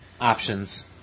options